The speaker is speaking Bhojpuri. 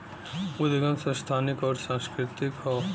उदगम संस्थानिक अउर सांस्कृतिक हौ